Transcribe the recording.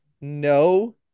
No